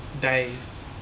days